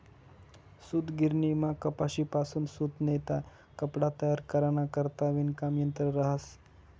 सूतगिरणीमा कपाशीपासून सूत नैते कपडा तयार कराना करता विणकाम यंत्र रहास